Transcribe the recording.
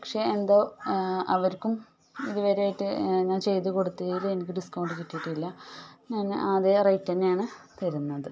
പക്ഷേ എന്തോ അവർക്കും ഇതുവരെയായിട്ട് ഞാൻ ചെയ്തു കൊടുത്തതിൽ എനിക്ക് ഡിസ്കൗണ്ട് കിട്ടിയിട്ടില്ല ഞാൻ അതേ റേയ്റ്റു തന്നെയാണ് തരുന്നത്